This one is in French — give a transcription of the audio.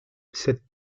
cette